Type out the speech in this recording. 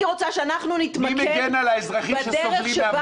אני רוצה שאנחנו נתמקד בדרך שבה